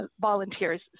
volunteers